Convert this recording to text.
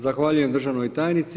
Zahvaljujem državnoj tajnici.